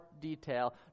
detail